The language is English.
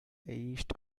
east